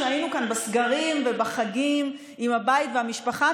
שהיינו בסגרים ובחגים בבית ועם המשפחה,